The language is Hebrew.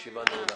הישיבה נעולה.